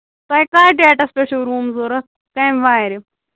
تۄہہِ کَتھ ڈیٹَس پٮ۪ٹھ چھُو روٗم ضروٗرت کمہِ وارِ